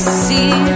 see